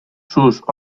sus